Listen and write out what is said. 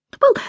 Well